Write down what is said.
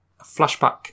flashback